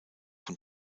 von